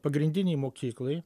pagrindinei mokyklai